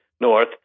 North